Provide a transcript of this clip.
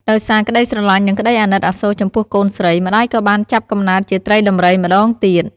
ដោយសារក្តីស្រឡាញ់និងក្តីអាណិតអាសូរចំពោះកូនស្រី ម្តាយក៏បានចាប់កំណើតជាត្រីដំរីម្តងទៀត។